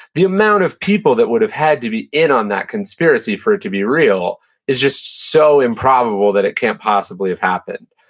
the amount of people that would've had to be in on that conspiracy for it to be real is just so improbable that it can't possibly have happened.